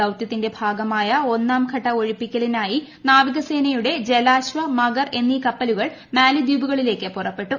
ദൌതൃത്തിന്റെ ഭാഗമായ ഒന്നാംഘട്ട ഒഴിപ്പിക്കലിനായി നാവികസേനയുടെ ീജലാശ്വ മഗർ എന്നീ കപ്പലുകൾ മാലദ്വീപുകളിലേക്ക് പുറപ്പെട്ടു